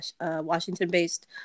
Washington-based